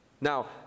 Now